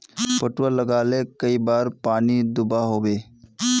पटवा लगाले कई बार पानी दुबा होबे?